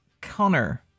Connor